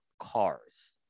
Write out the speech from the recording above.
cars